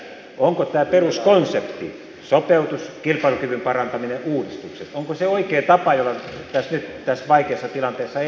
minä toivon vastausta siihen onko tämä peruskonsepti sopeutus kilpailukyvyn parantaminen ja uudistukset se oikea tapa jolla nyt tässä vaikeassa tilanteessa edetään